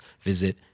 visit